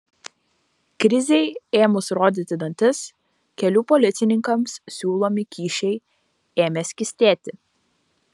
krizei ėmus rodyti dantis kelių policininkams siūlomi kyšiai ėmė skystėti